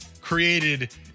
created